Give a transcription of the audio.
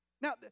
Now